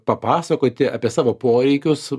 papasakoti apie savo poreikius